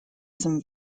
some